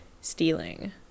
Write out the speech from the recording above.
stealing